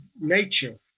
nature